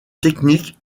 techniques